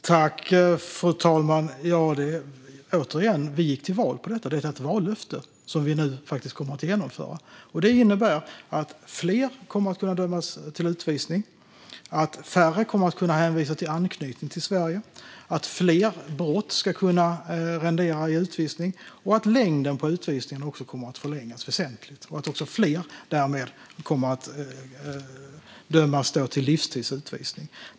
Fru talman! Vi gick, återigen, till val på detta. Det är ett vallöfte som vi nu faktiskt kommer att genomföra. Det innebär att fler kommer att kunna dömas till utvisning, att färre kommer att kunna hänvisa till anknytning till Sverige, att fler brott ska kunna rendera i utvisning, att utvisningarna kommer att förlängas väsentligt och att fler därmed kommer att dömas till livstids utvisning.